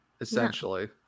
essentially